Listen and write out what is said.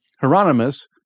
Hieronymus